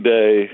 Day